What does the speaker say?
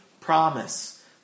promise